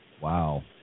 Wow